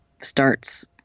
starts